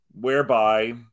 whereby